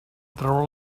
treure